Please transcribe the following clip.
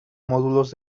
módulos